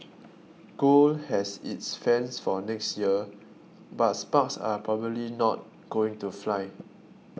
gold has its fans for next year but sparks are probably not going to fly